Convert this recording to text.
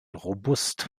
robust